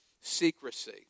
secrecy